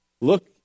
Look